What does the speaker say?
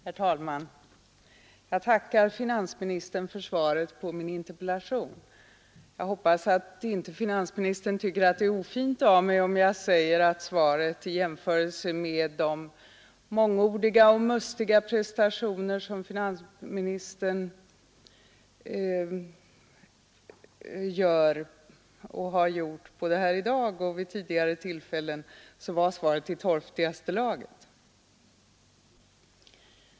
Herr talman! Jag tackar finansministern för svaret på min interpellation. Jag hoppas att finansministern inte tycker det är ofint av mig om jag säger att svaret i jämförelse med de mångordiga och mustiga prestationer som finansministern gjort både här i dag och vid tidigare tillfällen var i torftigaste laget.